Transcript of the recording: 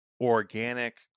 organic